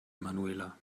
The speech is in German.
emanuela